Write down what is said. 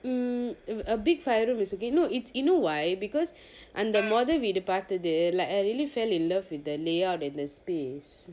mm a big five room is okay it's you know why because அந்த மொத வீடு பார்த்தது:antha motha veedu paarthathu like I really fell in love with the layout and the space